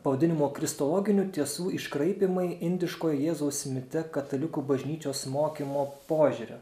pavadinimu kristologinių tiesų iškraipymai indiškojo jėzaus mite katalikų bažnyčios mokymo požiūriu